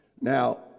Now